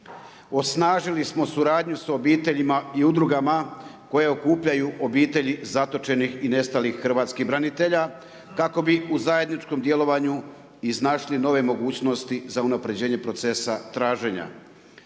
Osnažili smo suradnju sa obiteljima i udrugama koje okupljaju obitelji zatočenih i nestalih hrvatskih branitelja kako bi u zajedničkom djelovanju iznašni nove mogućnosti za unapređenje procesa traženja.